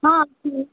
हँ